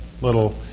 little